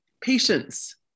Patience